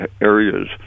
areas